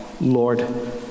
Lord